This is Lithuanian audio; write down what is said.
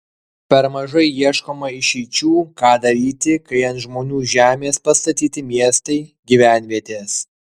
per mažai ieškoma išeičių ką daryti kai ant žmonių žemės pastatyti miestai gyvenvietės